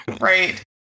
Right